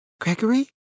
Gregory